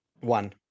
One